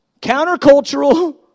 Countercultural